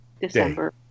December